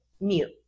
mute